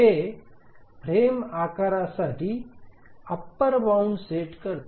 हे फ्रेम आकारासाठी upper bound set करते